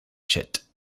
chit